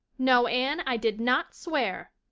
no, anne, i did not swear.